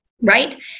right